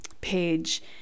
page